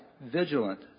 vigilant